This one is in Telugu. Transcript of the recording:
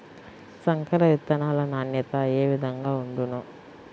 సంకర విత్తనాల నాణ్యత ఏ విధముగా ఉండును?